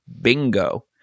bingo